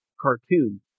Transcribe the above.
cartoon